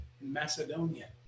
macedonia